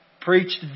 preached